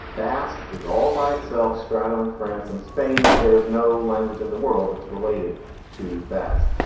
basque is all by itself straddling france and spain. there's no language in the world that's related to basque.